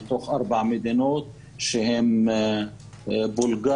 מתוך ארבעת המדינות שהן: בולגריה,